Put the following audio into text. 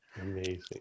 amazing